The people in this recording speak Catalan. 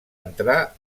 entrar